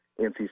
NC